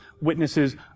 witnesses